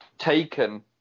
Taken